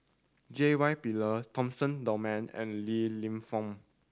J Y Pillay Dunman and Li Lienfung